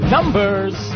Numbers